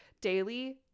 daily